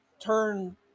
turn